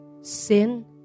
sin